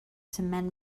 cement